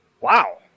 wow